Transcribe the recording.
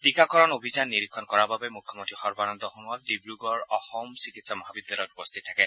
টীকাকৰণ অভিযান নিৰিক্ষণ কৰাৰ বাবে মুখ্যমন্ত্ৰী সৰ্বানন্দ সোণোৱাল ডিব্ৰুগড়ৰ অসম চিকিৎসা মহাবিদ্যালয়ত উপস্থিত থাকে